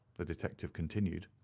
the detective continued,